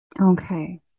okay